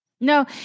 No